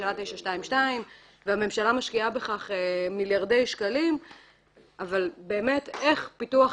ממשלה 922 והממשלה משקיעה בכך מיליארדי שקלים אבל איך פיתוח